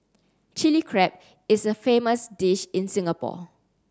Chilli Crab is a famous dish in Singapore